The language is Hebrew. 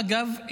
אגב,